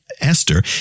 Esther